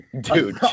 Dude